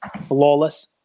Flawless